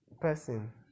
person